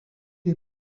les